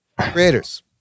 creators